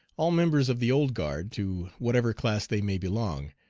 all members of the old guard, to whatever class they may belong,